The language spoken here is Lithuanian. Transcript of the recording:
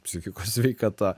psichikos sveikata